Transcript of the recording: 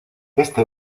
este